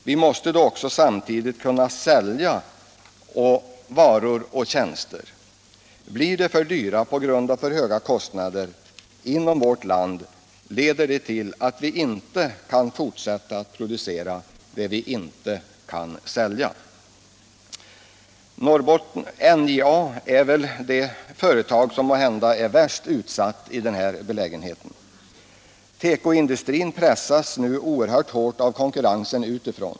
Vi måste då samtidigt kunna sälja varor och tjänster. Blir dessa för dyra på grund av för höga kostnader inom vårt land leder det till att vi inte kan fortsätta att producera det vi inte kan sälja. NJA är måhända det företag som är värst utsatt i den här situationen. Tekoindustrin pressas oerhört hårt av konkurrensen utifrån.